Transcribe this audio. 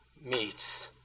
meets